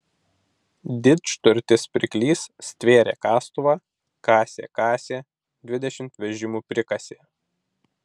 didžturtis pirklys stvėrė kastuvą kasė kasė dvidešimt vežimų prikasė